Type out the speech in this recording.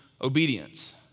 obedience